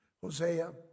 Hosea